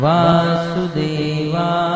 Vasudeva